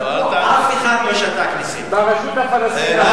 ברשות הפלסטינית,